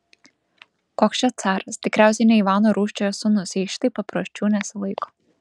koks čia caras tikriausiai ne ivano rūsčiojo sūnus jei šitaip papročių nesilaiko